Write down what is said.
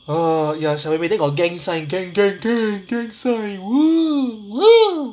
oh ya 小妹妹 then got gang sign gang gang gang sign !woo! !woo!